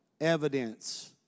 evidence